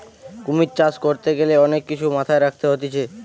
কুমির চাষ করতে গ্যালে অনেক কিছু মাথায় রাখতে হতিছে